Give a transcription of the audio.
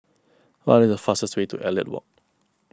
what is the fastest way to Elliot Walk